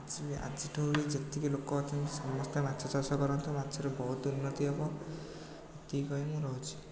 ସେ ଆଜିଠୁ ବି ଯେତିକି ଲୋକ ଅଛନ୍ତି ସମସ୍ତେ ମାଛ ଚାଷ କରନ୍ତୁ ମାଛରେ ବହୁତ ଉନ୍ନତି ହବ ଏତିକି କହି ମୁଁ ରହୁଛି